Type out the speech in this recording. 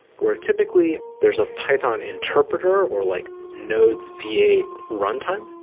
where typically there's a python interpreter or like nodes v eight runtime,